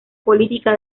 política